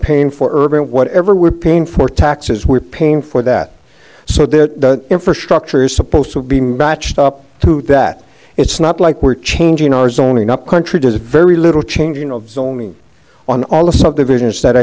paying for urban whatever we're paying for taxes we're paying for that so that infrastructure is supposed to be matched up to that it's not like we're changing our zoning upcountry does very little change you know zoning on all a subdivision is that